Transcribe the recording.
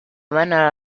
vennero